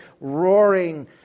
roaring